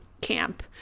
camp